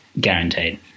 guaranteed